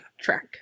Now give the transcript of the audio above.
track